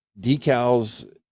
decals